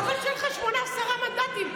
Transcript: חבל שאין לך שמונה, עשרה מנדטים.